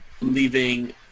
leaving